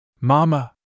Mama